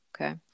okay